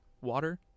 Water